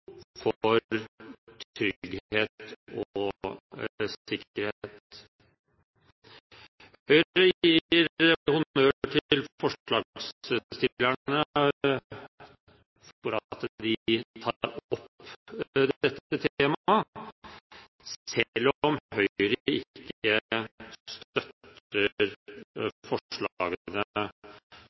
for trygghet og sikkerhet. Høyre gir honnør til forslagsstillerne for å ta opp dette temaet, selv om Høyre ikke støtter